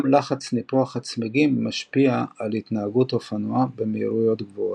גם לחץ ניפוח הצמיגים משפיע על התנהגות אופנוע במהירויות גבוהות.